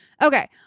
Okay